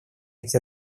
эти